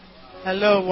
Hello